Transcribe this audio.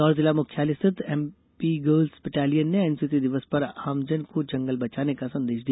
इंदौर जिला मुख्यालय स्थित एमपी गर्ल्स बटालियन ने एनसीसी दिवस पर आमजन को जंगल बचाने का संदेष दिया